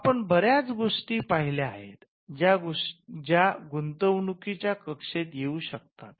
आपण बर्याच गोष्टी पाहिल्या आहेत ज्या गुंतवणूकीच्या कक्षेत येऊ शकतात